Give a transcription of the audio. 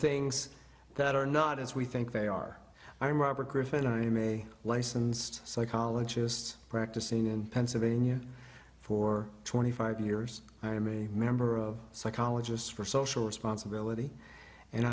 things that are not as we think they are i'm robert griffin i'm a licensed psychologists practicing and pennsylvania for twenty five years i mean a member of psychologists for social responsibility and